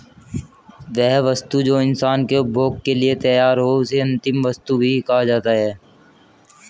वह वस्तु जो इंसान के उपभोग के लिए तैयार हो उसे अंतिम वस्तु भी कहा जाता है